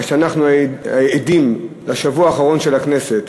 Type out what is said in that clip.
מה שאנחנו עדים לו בשבוע האחרון של הכנסת,